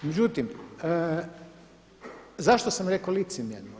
Međutim, zašto sam rekao licemjerno?